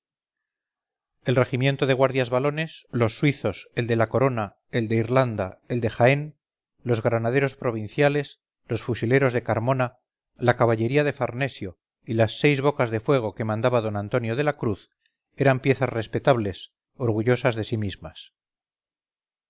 el regimiento de guardias walones los suizos el de la corona el de irlanda el de jaén los granaderos provinciales los fusileros de carmona la caballería de farnesio y las seis bocas de fuego que mandaba d antonio de la cruz eran piezas respetables orgullosas de sí mismas